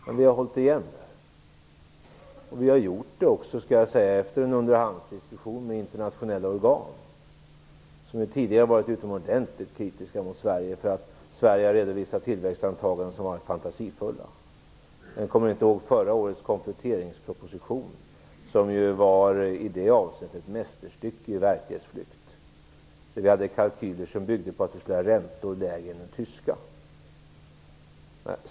Men vi har hållit igen, och vi har gjort det efter en underhandsdiskussion med internationella organ, som tidigare varit utomordentligt kritiska mot Sverige för att Sverige har redovisat tillväxtantaganden som varit fantasifulla. Vem kommer inte ihåg förra årets kompletteringsproposition, som ju i det avseendet var ett mästerstycke i verklighetsflykt? Kalkylerna byggde på att vi skulle ha räntor som var lägre än de tyska.